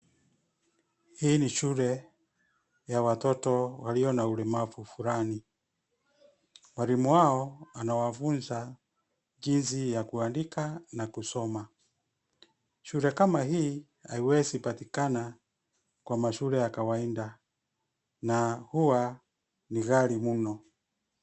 Hii ni shule ya watoto walio na ulemavu fulani. Mwalimu wao anawafunza jinsi ya kuandika na kusoma. Shule kama hii haiwezi patikana kwa mashule ya kawaida na huwa ni ghali mno.